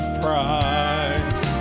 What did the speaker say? price